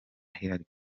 hillary